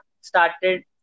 started